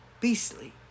Beastly